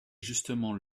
justement